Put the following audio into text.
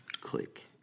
Click